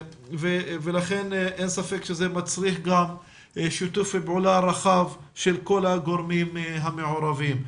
אין ספק שזה מצריך גם שיתוף פעולה רחב של כל הגורמים המעורבים.